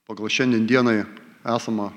pagal šiandien dienai esamą